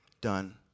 done